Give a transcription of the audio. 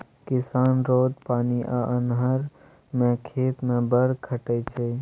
किसान रौद, पानि आ अन्हर मे खेत मे बड़ खटय छै